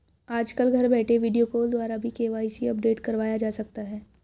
आजकल घर बैठे वीडियो कॉल द्वारा भी के.वाई.सी अपडेट करवाया जा सकता है